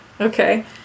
Okay